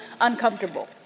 uncomfortable